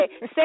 say